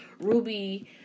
Ruby